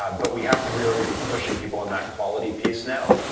but we have to really be pushing people in that quality piece now,